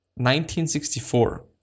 1964